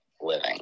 living